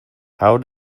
how